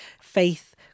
faith